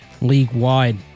league-wide